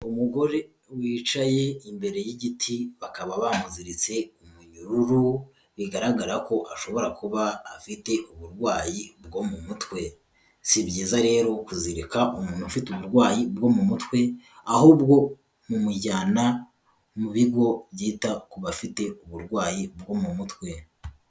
Umugore wicaye imbere y'igiti bakaba bamuhiritse imyururu, bigaragara ko ashobora kuba afite uburwayi bwo mu mutwe, si byiza rero kuzirika umuntu ufite uburwayi bwo mu mutwe, ahubwo mu mujyana mu bigo byita ku bafite uburwayi bwo mu mutwe.